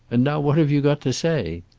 and now what have you got to say?